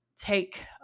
take